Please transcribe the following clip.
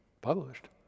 published